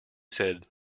said